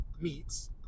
meats